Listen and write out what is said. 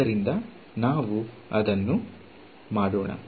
ಆದ್ದರಿಂದ ನಾವು ಅದನ್ನು ಮಾಡೋಣ